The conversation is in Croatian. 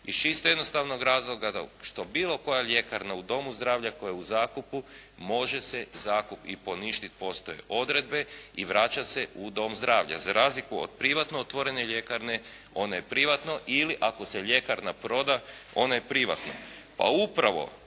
iz čisto jednostavnog razloga što bilo koja ljekarna u domu zdravlja koja je u zakupu može se zakup i poništit, postoje odredbe i vraća se u dom zdravlja, za razliku od privatno otvorene ljekarne, ono je privatno. Ili ako se ljekarna proda ona je privatna.